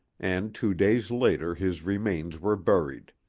and two days later his remains were buried.